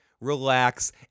relax